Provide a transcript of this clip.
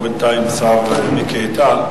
פגיעה ללא הצדקה ממשית בזכויות הקנייניות שלהם.